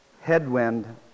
headwind